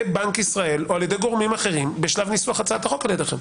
בנק ישראל או על ידי גורמים אחרים בשלב ניסוח הצעת החוק על ידיכם.